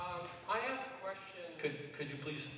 i could could you please